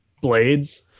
blades